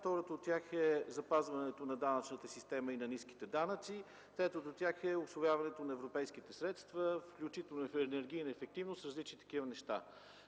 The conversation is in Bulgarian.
Второто от тях е запазването на данъчната система и на ниските данъци. Третото от тях е усвояването на европейските средства, включително енергийна ефективност, различни такива неща.